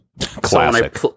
Classic